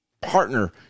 partner